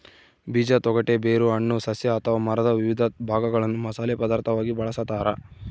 ಬೀಜ ತೊಗಟೆ ಬೇರು ಹಣ್ಣು ಸಸ್ಯ ಅಥವಾ ಮರದ ವಿವಿಧ ಭಾಗಗಳನ್ನು ಮಸಾಲೆ ಪದಾರ್ಥವಾಗಿ ಬಳಸತಾರ